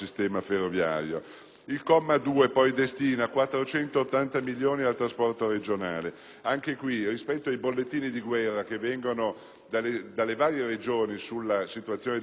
Il comma 2 destina 480 milioni al trasporto regionale. Anche in questo caso, rispetto ai bollettini di guerra provenienti dalle varie regioni sulla situazione dei treni dei pendolari,